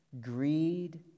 greed